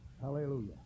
Hallelujah